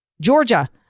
Georgia